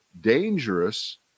dangerous